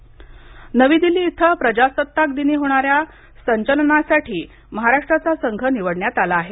प्रजासत्ताक नवी दिल्ली इथं प्रजासत्ताक दिनी होणाऱ्या संचलनासाठी महाराष्ट्राचा संघ निवडण्यात आला आहे